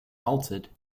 halted